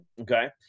okay